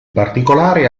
particolare